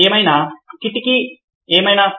ఏమైనా కిటికీ ఏమైనా